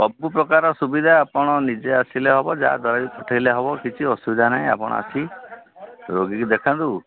ସବୁ ପ୍ରକାରର ସୁବିଧା ଆପଣ ନିଜେ ଆସିଲେ ହେବ ଯାହା ଦ୍ୱାରା ବି ପଠେଇଲେ ହେବ କିଛି ଅସୁବିଧା ନାହିଁ ଆପଣ ଆସି ରୋଗୀକୁ ଦେଖାନ୍ତୁ